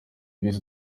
beza